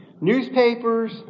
Newspapers